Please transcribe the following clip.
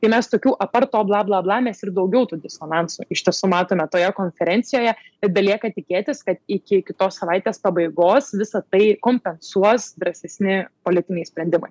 tai mes tokių apart to blablabla mes ir daugiau tų disonansų iš tiesų matome toje konferencijoje belieka tikėtis kad iki kitos savaitės pabaigos visa tai kompensuos drąsesni politiniai sprendimai